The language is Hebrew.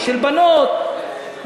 של בנות,